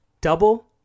double